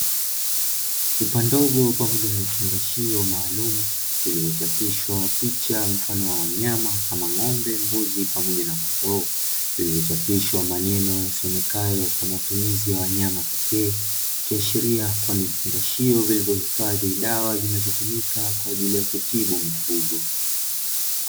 Chupa ndogo pamoja na vifungashio maalumu vilivyochapishwa picha mfano wa wanyama kama ng'ombe, mbuzi pamoja na kondoo vilivyochapishwa maneno yasomekayo " kwa matumizi ya wanyama pekee" ikiashiria kuwa vifungashio vilivyohifadhi dawa zinazotumika kwa ajili ya kutibu mifugo.